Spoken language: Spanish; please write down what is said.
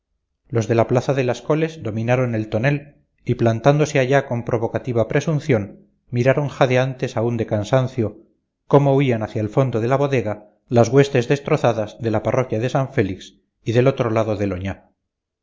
los de la plaza de las coles dominaron el tonel y plantándose allá con provocativa presunción miraron jadeantes aún de cansancio cómo huían hacía el fondo de la bodega las huestes destrozadas de la parroquia de san félix y del otro lado del oñá